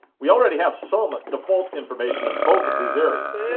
we already have some default information in both of these areas.